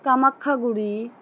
Kamakhyaguri